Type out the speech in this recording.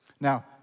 Now